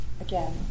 again